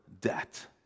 debt